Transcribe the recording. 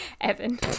Evan